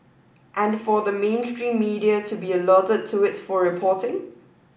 and for the mainstream media to be alerted to it for reporting